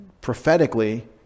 prophetically